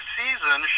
season